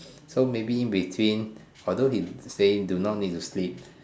so maybe in between although he say do not need to sleep